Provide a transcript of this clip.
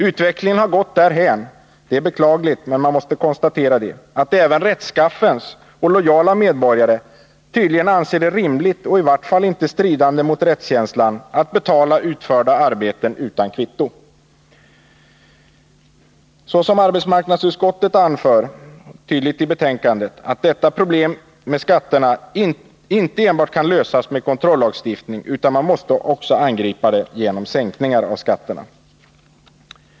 Utvecklingen har gått därhän — det är beklagligt, men man måste konstatera det — att även rättskaffens och lojala medborgare tydligen anser det rimligt och i vart fall inte stridande mot rättskänslan att betala utförda arbeten utan kvitton. Arbetsmarknadsutskottet anför i sitt yttrande till betänkandet att detta problem med skatterna inte enbart kan lösas genom en kontrollagstiftning utan att det också måste angripas genom en sänkning av skatterna.